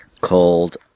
Called